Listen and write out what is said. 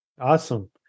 Awesome